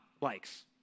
likes